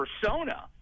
persona